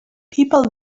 people